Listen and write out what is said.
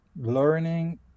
learning